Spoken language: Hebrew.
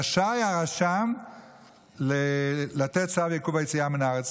רשאי הרשם לתת צו עיכוב יציאה מהארץ.